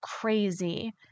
crazy